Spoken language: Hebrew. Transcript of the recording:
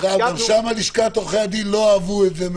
גם שם לשכת עורכי הדין לא אהבו את זה,